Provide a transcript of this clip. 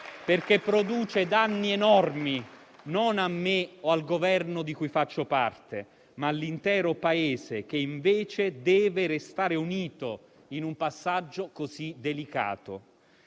perché produce danni enormi, non a me o al Governo di cui faccio parte, ma all'intero Paese, che invece deve restare unito in un passaggio così delicato.